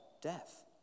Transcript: death